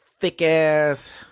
thick-ass